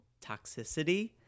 toxicity